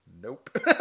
Nope